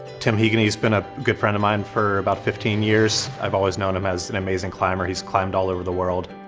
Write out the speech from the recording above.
tim heaghney he's been a good friend of mine for about fifteen years. i've always known him as an amazing climber he's climbed all over the world.